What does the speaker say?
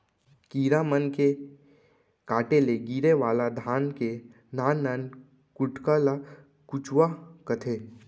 कीरा मन के काटे ले गिरे वाला धान के नान नान कुटका ल कुचवा कथें